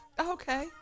Okay